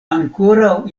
ankoraŭ